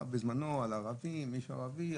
בזמנו זה נשאל על ערבים, אם יש ערבי.